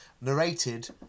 narrated